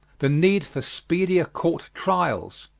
the need for speedier court trials.